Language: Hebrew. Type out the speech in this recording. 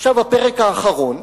עכשיו הפרק האחרון,